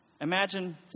imagine